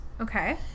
Okay